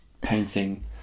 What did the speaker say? painting